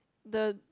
the